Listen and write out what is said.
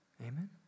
amen